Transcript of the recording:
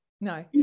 No